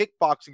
kickboxing